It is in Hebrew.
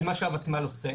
על מה שהוותמ"ל עושה.